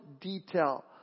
detail